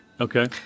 Okay